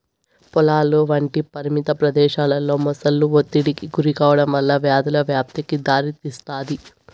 పొలాలు వంటి పరిమిత ప్రదేశాలలో మొసళ్ళు ఒత్తిడికి గురికావడం వల్ల వ్యాధుల వ్యాప్తికి దారితీస్తాది